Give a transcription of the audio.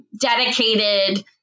dedicated